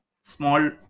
small